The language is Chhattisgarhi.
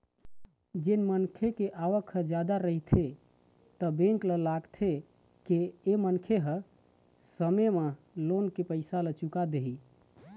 जेन मनखे के आवक ह जादा रहिथे त बेंक ल लागथे के ए मनखे ह समे म लोन के पइसा ल चुका देही